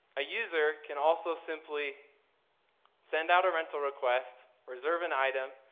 a user can also simply send out a rental requests, reserve an item,